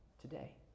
today